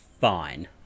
fine